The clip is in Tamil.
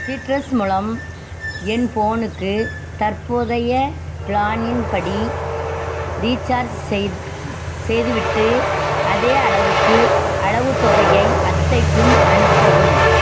சிட்ரஸ் மூலம் என் ஃபோனுக்கு தற்போதைய பிளானின் படி ரீசார்ஜ் செய் செய்துவிட்டு அதே அளவுக்கு அளவு தொகையை அத்தைக்கும் அனுப்பவும்